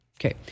Okay